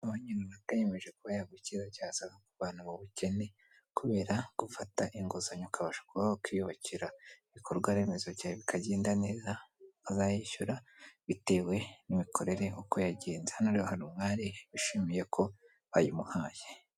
Amabanki yiyemeje kuba yagukiza cyangwa kukuvana mu bukene kubera gufata inguzanyo ukabasha kuba wakwiyubakira ibikorwa remezo bikagenda neza, azayishyura bitewe n'imikorere uko yagenze, hano rero hari umwari wishimiye ko bayimuhaye.